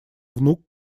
внук